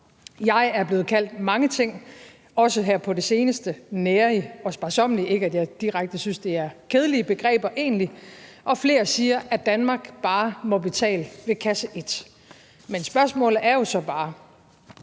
Jeg er blevet kaldt mange ting, også her på det seneste – nærig og sparsommelig – ikke at jeg egentlig direkte synes, at det er kedelige begreber, og flere siger, at Danmark bare må betale ved kasse et. Spørgsmålet er jo så bare: